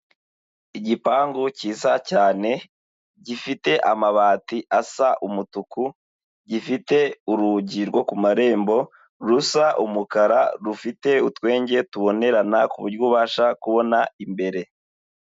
Igipangu cyiza cyane gifite amabati asa umutuku, gifite urugi rwo ku marembo rusa umukara rufite utwenge tubonerana kuburyo ubasha kubona imbere.